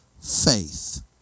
faith